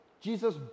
Jesus